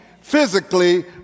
physically